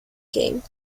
game